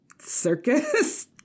circus